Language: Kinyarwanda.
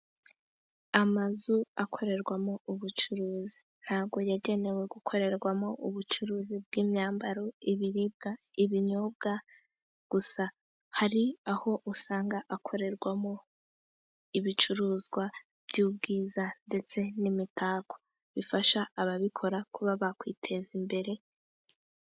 Amazu akorerwamo ubucuruzi ,ntabwo yagenewe gukorerwamo ubucuruzi bw'imyambaro ibiribwa ibinyobwa gusa hari aho usanga akorerwamo ibicuruzwa by'ubwiza, ndetse n'imitako bifasha ababikora kuba bakwiteza imbere.